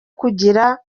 kugira